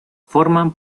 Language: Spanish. forman